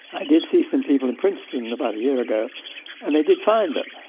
i did see some people in princeton about a year ago and they did find them.